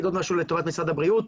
לטובת משרד הבריאות.